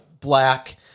black